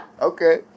Okay